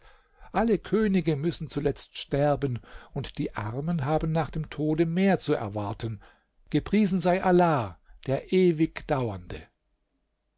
alle könige müssen zuletzt sterben und die armen haben nach dem tode mehr zu erwarten gepriesen sei allah der